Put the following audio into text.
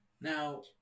Now